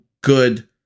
good